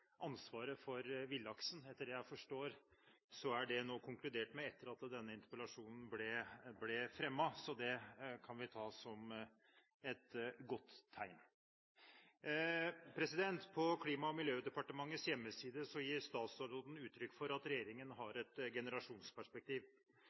ansvaret for villaksen. Etter det jeg forstår, er det konkludert med dette etter at denne interpellasjonen ble reist. Det kan vi ta som et godt tegn. På Klima- og miljødepartementets hjemmeside gir statsråden uttrykk for at regjeringen